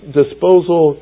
disposal